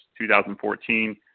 2014